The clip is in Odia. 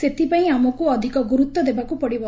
ସେଥିପାଇଁ ଆମକୁ ଅଧିକ ଗୁରୁତ୍ୱ ଦେବାକୁ ପଡିବ